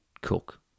cook